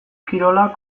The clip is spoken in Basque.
kirolak